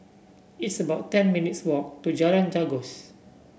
it's about ten minutes' walk to Jalan Janggus